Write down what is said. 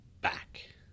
back